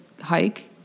hike